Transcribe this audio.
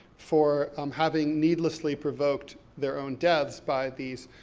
for um having needlessly provoked their own deaths by these,